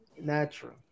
natural